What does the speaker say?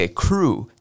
crew